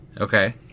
Okay